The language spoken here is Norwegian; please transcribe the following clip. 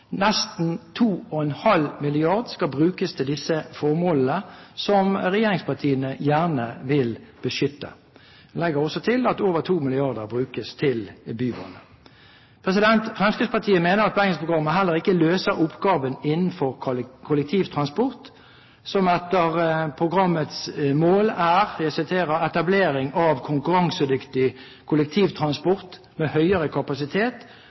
Nesten 2,5 mrd. kr skal brukes til disse formålene, som regjeringspartiene gjerne vil beskytte. Jeg legger også til at over 2 mrd. kr brukes til bybane. Fremskrittspartiet mener at Bergensprogrammet heller ikke løser oppgaven innenfor kollektivtransport, som etter programmets mål er – og jeg siterer: «etablering av konkurransedyktig kollektivtransport med høyere kapasitet